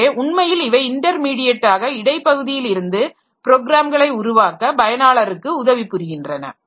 எனவே உண்மையில் அவை இன்டர்மீடியட்டாக இடைப் பகுதியில் இருந்து ப்ரோக்ராம்களை உருவாக்க பயனாளருக்கு உதவி புரிகின்றன